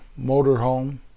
motorhome